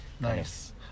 nice